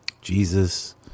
Jesus